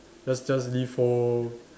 just just leave home